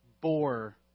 bore